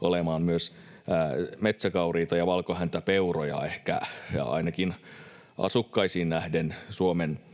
olemaan myös metsäkauriita ja valkohäntäpeuroja ainakin asukkaisiin nähden ehkä